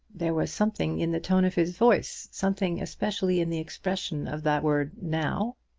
there was something in the tone of his voice something especially in the expression of that word now,